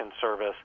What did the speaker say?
service